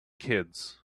kids